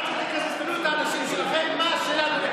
עד שתביאו את האנשים שלכם, מה השאלה?